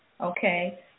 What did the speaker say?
okay